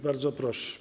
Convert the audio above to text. Bardzo proszę.